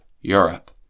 Europe